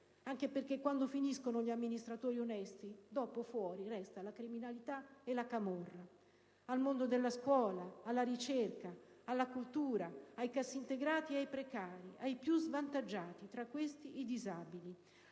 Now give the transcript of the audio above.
anche perché quando finiscono gli amministratori onesti fuori resta la criminalità e la camorra), al mondo della scuola, della ricerca e della cultura, ai cassaintegrati, ai precari e ai più svantaggiati, tra cui in